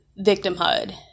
victimhood